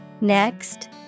Next